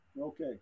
Okay